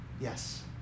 Yes